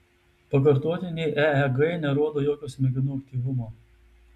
pakartotinė eeg nerodo jokio smegenų aktyvumo